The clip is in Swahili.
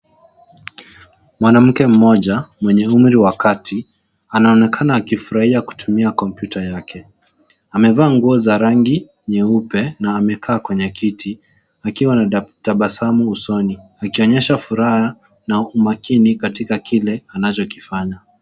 Mwanamke moja mwenye umri wa kati anaonekana akifurahia kutumia kompyuta yake. Amevaa nguo za rangi nyeupe na amekaa kwenye kiti akiwa na tabasamu usoni akionyesha furaha na umakini kwa kile anchokifanya.